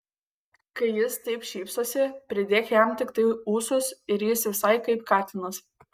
kai jis taip šypsosi pridėk jam tiktai ūsus ir jis visai kaip katinas